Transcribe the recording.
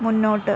മുന്നോട്ട്